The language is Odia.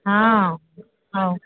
ହଁ ହଉ